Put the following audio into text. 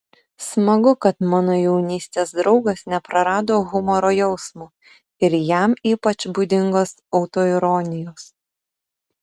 smagu kad mano jaunystės draugas neprarado humoro jausmo ir jam ypač būdingos autoironijos